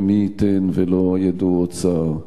ומי ייתן ולא ידעו עוד צער.